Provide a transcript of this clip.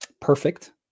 Perfect